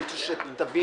אני רוצה שתבינו